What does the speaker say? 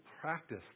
practice